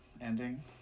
ending